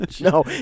No